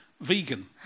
vegan